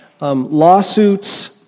lawsuits